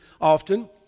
often